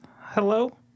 Hello